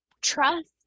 trust